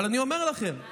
אבל אני אומר לכם,